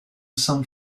some